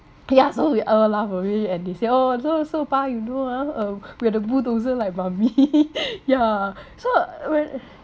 yeah so we all laugh away and they say oh so so 爸 you know ah uh we are the bulldozer like mummy yeah so when